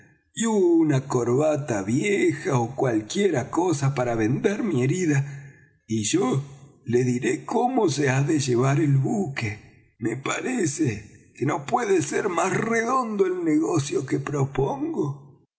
y una corbata vieja ó cualquiera cosa para vendar mi herida y yo le diré cómo se ha de llevar el buque me parece que no puede ser más redondo el negocio que propongo